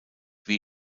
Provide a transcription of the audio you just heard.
wie